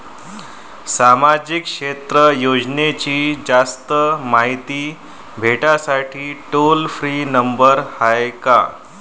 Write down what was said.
सामाजिक क्षेत्र योजनेची जास्त मायती भेटासाठी टोल फ्री नंबर हाय का?